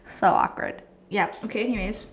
so awkward ya okay anyways